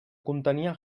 contenia